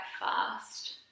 fast